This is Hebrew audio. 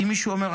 אם מישהו אומר,